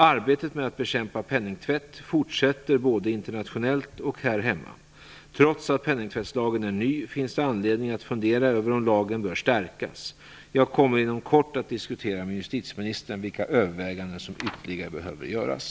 Arbetet med att bekämpa penningtvätt fortsätter både internationellt och här hemma. Trots att penningtvättslagen är ny finns det anledning att fundera över om lagen bör stärkas. Jag kommer inom kort att diskutera med justitieministern vilka överväganden som ytterligare behöver göras.